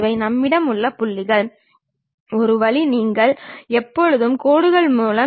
இங்கே உள்ள கிடைமட்ட மற்றும் செங்குத்து தளங்கள் எப்பொழுதுமே நிலையானவை